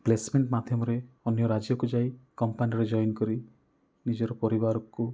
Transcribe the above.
placement ମାଧ୍ୟମରେ ଅନ୍ୟ ରାଜ୍ୟକୁ ଯାଇ କମ୍ପାନୀରେ ଜଏନ କରି ନିଜର ପରିବାରକୁ